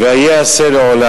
סוהרים,